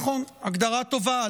נכון, הגדרה טובה.